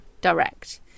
direct